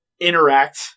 interact